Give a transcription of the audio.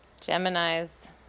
Geminis